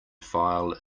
file